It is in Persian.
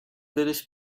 دلش